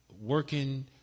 working